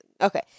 Okay